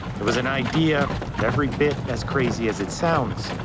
it was an idea every bit as crazy as it sounds.